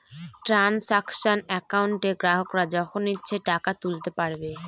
transaction একাউন্টে গ্রাহকরা যখন ইচ্ছে টাকা তুলতে পারবে